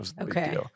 Okay